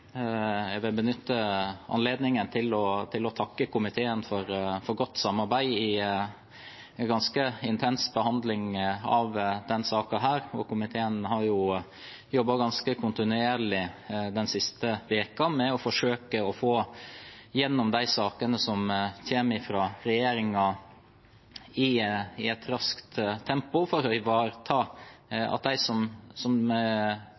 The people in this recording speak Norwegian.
Jeg vil benytte anledningen til å takke komiteen for godt samarbeid i en ganske intens behandling av denne saken. Komiteen har jobbet ganske kontinuerlig den siste uken med å forsøke å få igjennom de sakene som kommer fra regjeringen i et raskt tempo, for å ivareta at de som